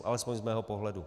Alespoň z mého pohledu.